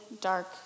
dark